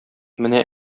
менә